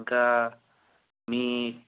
ఇంకా మీ